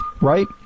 right